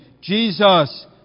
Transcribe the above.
Jesus